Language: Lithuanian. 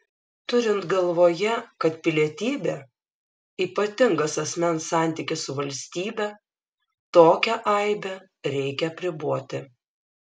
turint galvoje kad pilietybė ypatingas asmens santykis su valstybe tokią aibę reikia apriboti